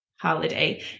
holiday